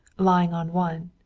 lying on one,